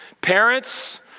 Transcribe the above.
Parents